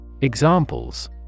Examples